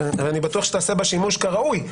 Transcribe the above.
ואני בטוח שתעשה בה שימוש כראוי.